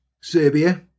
Serbia